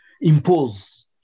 impose